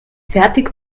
fertig